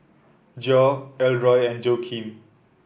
Geo Elroy and Joaquin